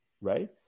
right